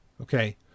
Okay